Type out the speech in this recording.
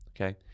Okay